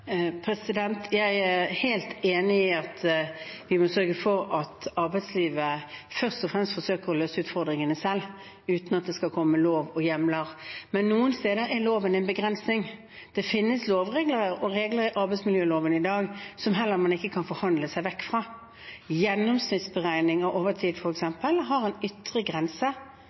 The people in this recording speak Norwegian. Jeg er helt enig i at vi må sørge for at arbeidslivet først og fremst forsøker å løse utfordringene selv, uten at det skal komme lov og hjemler. Men noen steder er loven en begrensning. Det finnes lovregler og regler i arbeidsmiljøloven i dag som man heller ikke kan forhandle seg vekk fra. Gjennomsnittsberegning av overtid f.eks. har en ytre grense.